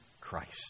Christ